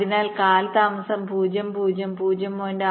അതിനാൽ കാലതാമസം 0 0 0